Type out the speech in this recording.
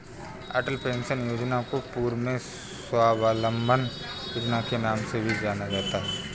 अटल pension Yojana को पूर्व में स्वाबलंबन योजना के नाम से भी जाना जाता था